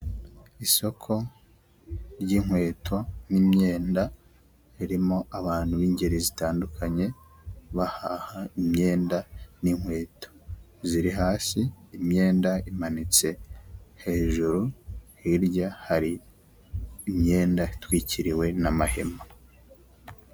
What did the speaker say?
Isoko ry'inkweto, n'imyenda, ririmo abantu b'ingeri zitandukanye, bahaha imyenda, n'inkweto, ziri hasi, imyenda imanitse hejuru, hirya hari imyenda itwikiriwe n'amahema.